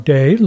Day